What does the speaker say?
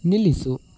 ನಿಲ್ಲಿಸು